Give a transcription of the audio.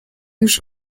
już